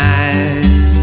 eyes